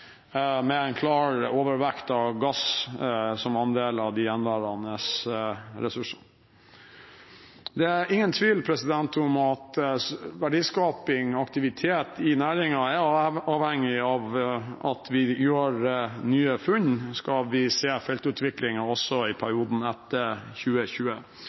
med en klar overvekt av gass som andel av de gjenværende ressursene. Det er ingen tvil om at verdiskaping og aktivitet i næringen er avhengig av at vi gjør nye funn hvis vi skal se feltutvikling også i perioden etter 2020.